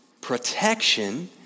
protection